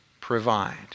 provide